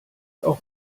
auch